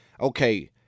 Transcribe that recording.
okay